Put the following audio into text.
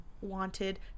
wanted